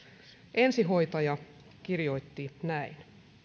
ensihoitaja kirjoitti näin